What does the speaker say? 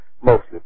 Mostly